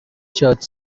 church